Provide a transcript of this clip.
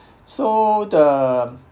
so the